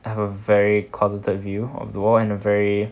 have a very closeted view of the world and a very